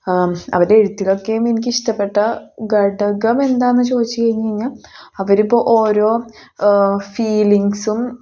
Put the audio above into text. അവരുടെ എഴുത്തിലൊക്കേം എനിക്ക് ഇഷ്ട്ടപ്പെട്ട ഘടകം എന്താന്ന് ചോദിച്ച് കഴിഞ്ഞ് കഴിഞ്ഞാൽ അവരിപ്പോൾ ഓരോ ഫീലിംഗ്സും